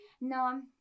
no